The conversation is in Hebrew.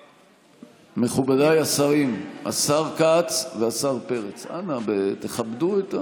מכובדיי השרים, השר כץ והשר פרץ, אנא, תכבדו.